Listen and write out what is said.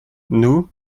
nous